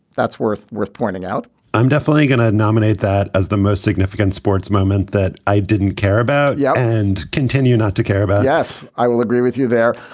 that's worth worth pointing out i'm definitely going to nominate that as the most significant sports moment that i didn't care about yeah and continue not to care about yes, i will agree with you there.